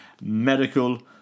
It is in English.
medical